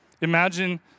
imagine